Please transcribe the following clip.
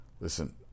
Listen